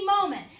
moment